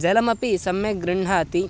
जलमपि सम्यक् गृह्णाति